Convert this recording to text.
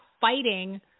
fighting